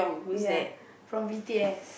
ya from b_t_s